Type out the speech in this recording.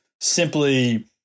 simply